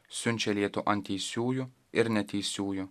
siunčia lietų ant teisiųjų ir neteisiųjų